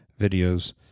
videos